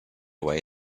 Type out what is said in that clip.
way